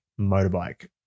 motorbike